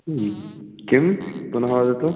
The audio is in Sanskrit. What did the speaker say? किं पुनः वदतु